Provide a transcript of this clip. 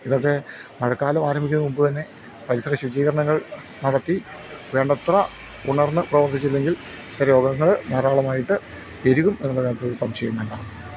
ഇതൊക്കെ മഴക്കാലം ആരംഭിക്കുന്ന മുമ്പ് തന്നെ പരിസരം ശുചീകരണങ്ങൾ നടത്തി വേണ്ടത്ര ഉണർന്ന് പ്രവർത്തിച്ചില്ലെങ്കിൽ രോഗങ്ങൾ ധാരാളമായിട്ട് പെരുകും എന്നുള്ള കാര്യത്തിൽ ഒരു സംശയോം വേണ്ട